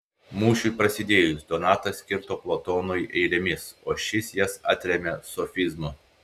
mūšiui prasidėjus donatas kirto platonui eilėmis o šis jas atrėmė sofizmu